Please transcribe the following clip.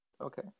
Okay